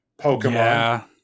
Pokemon